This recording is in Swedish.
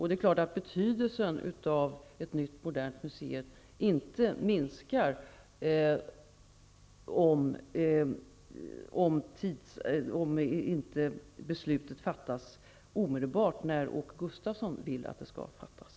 Det är klart att betydelsen av ett nytt modernt museum inte minskar, även om beslutet inte fattas omedelbart när Åke Gustavsson vill att det skall fattas.